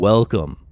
Welcome